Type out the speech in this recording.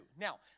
Now